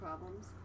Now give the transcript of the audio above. problems